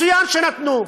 מצוין שנתנו,